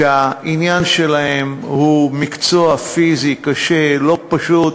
שהעניין שלהם הוא פיזי, קשה, לא פשוט,